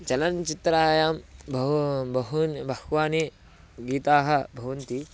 चलचित्रायां बहु बहूनि बह्वानि गीतानि भवन्ति